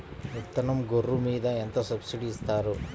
విత్తనం గొర్రు మీద ఎంత సబ్సిడీ ఇస్తారు?